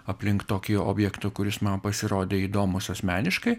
aplink tokį objektą kuris man pasirodė įdomus asmeniškai